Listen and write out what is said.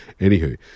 Anywho